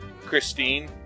Christine